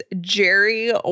Jerry